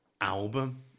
album